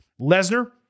Lesnar